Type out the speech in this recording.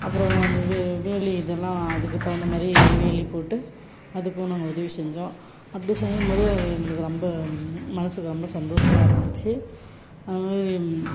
அப்புறம் அந்த வே வேலி இதெல்லாம் அதுக்கு தகுந்த மாதிரி வேலி போட்டு அதுக்கும் நாங்கள் உதவி செஞ்சோம் அப்படி செய்யும் போது அது எங்களுக்கு ரொம்ப மனதுக்கு ரொம்ப சந்தோசமாக இருந்துச்சு அது மாதிரி